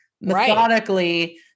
methodically